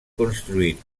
construït